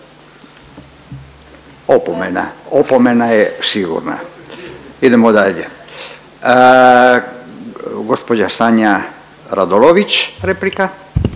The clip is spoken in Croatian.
ajde, opomena je sigurna. Idemo dalje. Gospođa Sanja Radolović replika.